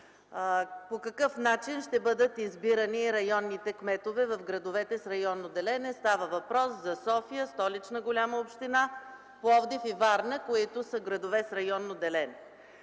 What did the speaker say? по какъв начин ще бъдат избирани районните кметове в градовете с районно деление. Става въпрос за София – Столична голяма община, Пловдив и Варна, които са градове с районно деление.